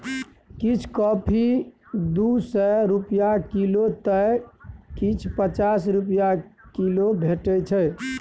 किछ कॉफी दु सय रुपा किलौ तए किछ पचास रुपा किलो भेटै छै